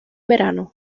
verano